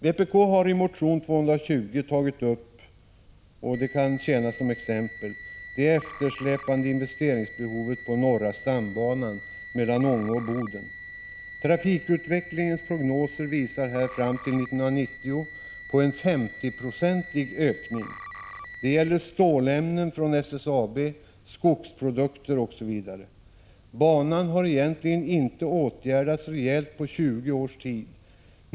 Vpk har i motion 220 tagit upp — och det kan tjäna som exempel — det eftersläpande investeringsbehovet på norra stambanan mellan Ånge och Boden. Trafikutvecklingens prognoser visar här fram till 1990 på en 50-procentig ökning. Det gäller stålämnen från SSAB, skogsprodukter osv. Banan har egentligen inte åtgärdats rejält på 20 års tid.